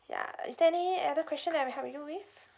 ya is there any other questions I can help you with